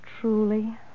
truly